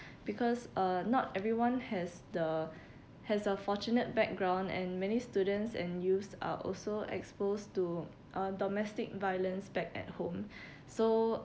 because uh not everyone has the has a fortunate background and many students and used are also exposed to uh domestic violence back at home so